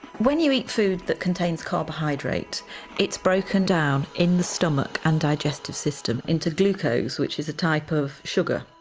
when you eat food that contains carbohydrate it's broken down in the stomach and digestive system into glucose, which is a type of sugar.